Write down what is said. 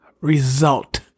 Result